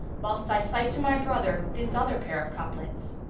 whilst i cite to my brother this other pair of couplets.